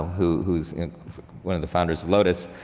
who's one of the founders of lotus,